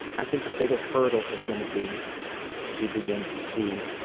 i think the biggest hurdle is going to be to begin to see